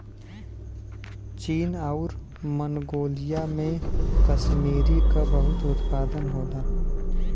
चीन आउर मन्गोलिया में कसमीरी क बहुत उत्पादन होला